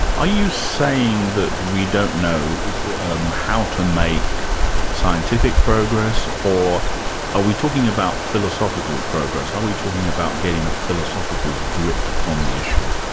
are you saying that we don't know how to make scientific progress, or are we talking about philosophical progress? are we talking about getting a philosophical grip on the issue?